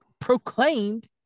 proclaimed